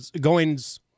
goings